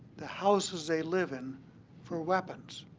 the houses they live in for weapons